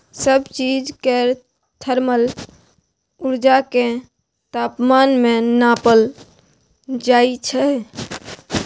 सब चीज केर थर्मल उर्जा केँ तापमान मे नाँपल जाइ छै